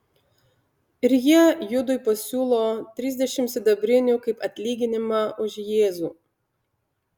ir jie judui pasiūlo trisdešimt sidabrinių kaip atlyginimą už jėzų